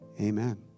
amen